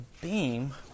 beam